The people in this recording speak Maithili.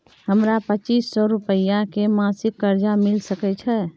हमरा पच्चीस सौ रुपिया के मासिक कर्जा मिल सकै छै?